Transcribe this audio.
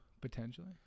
Potentially